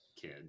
kid